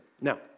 Now